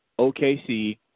OKC